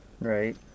Right